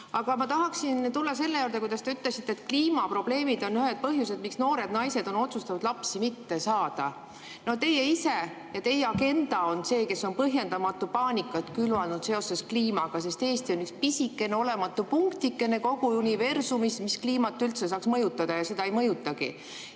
Aga ma tahaksin tulla selle juurde, nagu te ütlesite, et kliimaprobleemid on üks põhjus, miks noored naised on otsustanud lapsi mitte saada. Teie ise ja teie agenda on see, mis on põhjendamatut paanikat külvanud seoses kliimaga. Eesti on pisikene olematu punktikene kogu universumis, mis kliimat üldse ei saa mõjutada ja seda ei mõjutagi.